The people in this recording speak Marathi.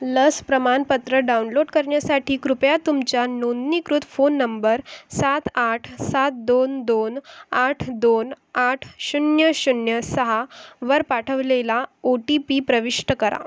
लस प्रमाणपत्र डाउनलोड करण्यासाठी कृपया तुमच्या नोंदणीकृत फोन नंबर सात आठ सात दोन दोन आठ दोन आठ शून्य शून्य सहावर पाठवलेला ओ टी पी प्रविष्ट करा